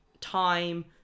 time